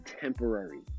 temporary